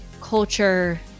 culture